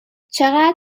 چقدر